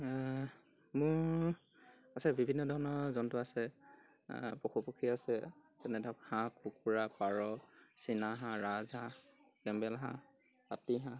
মোৰ আছে বিভিন্ন ধৰণৰ জন্তু আছে পশু পক্ষী আছে যেনে ধৰক হাঁহ কুকুৰা পাৰ চীনা চাহ ৰাজ হাঁহ কেম্বেল হাঁহ পাতি হাঁহ